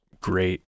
great